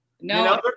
No